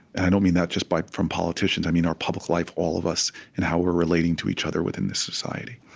and i don't mean that just from politicians. i mean our public life, all of us and how we're relating to each other within this society